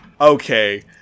Okay